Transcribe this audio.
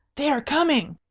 they are coming!